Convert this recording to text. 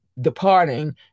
departing